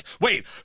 Wait